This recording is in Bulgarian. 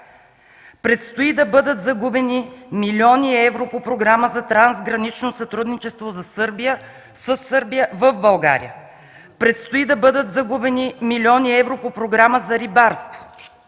„Предстои да бъдат загубени милиони евро по Програма за трансгранично сътрудничество България – Сърбия. Предстои да бъдат загубени милиони евро по Оперативна програма „Рибарство”.